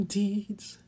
deeds